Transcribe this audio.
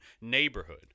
neighborhood